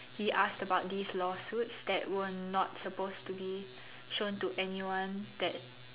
he asked about these lawsuits that were not supposed to be shown to anyone that